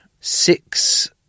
Six